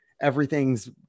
everything's